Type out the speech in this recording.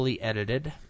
edited